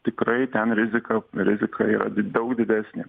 tikrai ten rizika rizika yra daug didesnė